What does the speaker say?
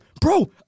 bro